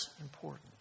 important